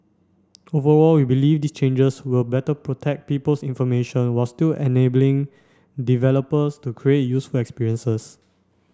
overall we believe these changes will better protect people's information while still enabling developers to create useful experiences